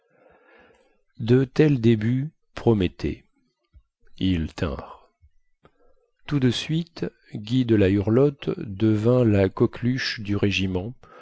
de tels débuts promettaient ils tinrent tout de suite guy de la hurlotte devint la coqueluche du régiment